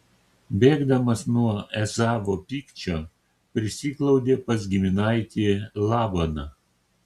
bėgdamas nuo ezavo pykčio prisiglaudė pas giminaitį labaną